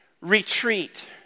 retreat